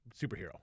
superhero